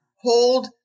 Hold